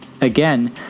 Again